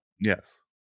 yes